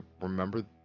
remember